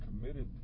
committed